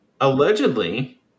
Allegedly